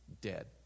dead